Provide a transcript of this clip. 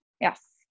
Yes